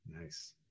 nice